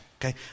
Okay